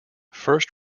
first